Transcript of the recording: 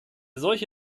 solche